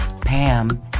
Pam